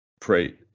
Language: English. pray